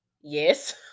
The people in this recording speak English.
Yes